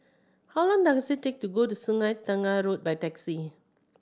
how long does it take to get to Sungei Tengah Road by taxi